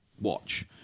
watch